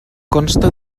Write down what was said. consta